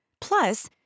Plus